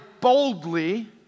boldly